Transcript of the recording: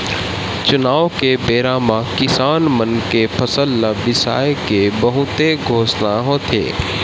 चुनाव के बेरा म किसान मन के फसल ल बिसाए के बहुते घोसना होथे